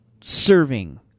serving